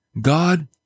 God